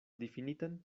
difinitan